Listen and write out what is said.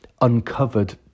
uncovered